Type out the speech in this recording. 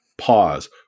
pause